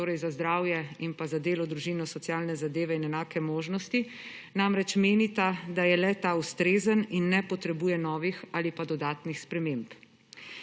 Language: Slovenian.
torej za zdravje in pa za delo, družino, socialne zadeve in enake možnosti, namreč menita, da je le-ta ustrezen in ne potrebuje novih ali pa dodatnih sprememb.